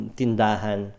tindahan